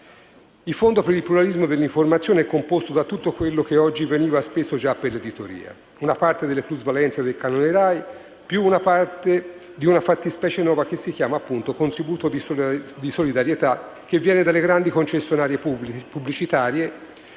Il Fondo per il pluralismo dell'informazione è composto da tutto quello che oggi veniva speso già per l'editoria: una parte delle plusvalenze del canone RAI, più una parte di una fattispecie nuova che si chiama contributo di solidarietà e che viene dalle grandi concessionarie pubblicitarie,